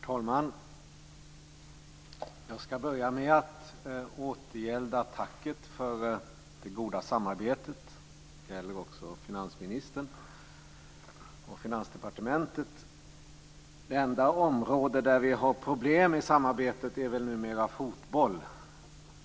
Herr talman! Jag ska börja med att återgälda tacket för det goda samarbetet. Det gäller också finansministern och Finansdepartementet. Det enda området där vi har problem i samarbetet är väl numera fotboll.